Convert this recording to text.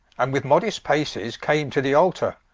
and with modest paces came to the altar,